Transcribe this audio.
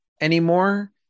anymore